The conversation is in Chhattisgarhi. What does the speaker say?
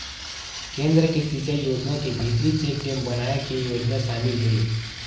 केन्द्र के सिचई योजना के भीतरी चेकडेम बनाए के योजना सामिल हे